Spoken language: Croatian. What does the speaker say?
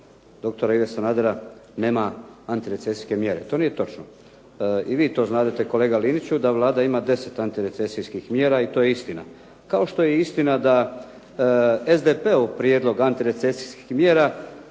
dr. Ive Sanadera nema antirecesijske mjere. To nije točno. I vi to znadete kolega Liniću da Vlada ima 10 anitirecesijskih mjera i to je istina. Kao što je i istina da SDP-ov prijedlog antirecesijskih mjera